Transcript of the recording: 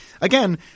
again